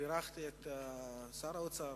בירכתי את שר האוצר,